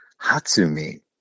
Hatsumi